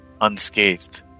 unscathed